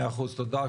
מאה אחוז, תודה.